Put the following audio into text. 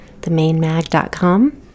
TheMainMag.com